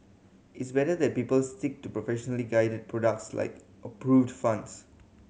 it's better that people stick to professionally guided products like approved funds